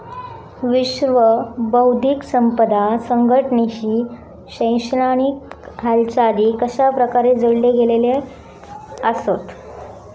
विश्व बौद्धिक संपदा संघटनेशी शैक्षणिक हालचाली कशाप्रकारे जोडले गेलेले आसत?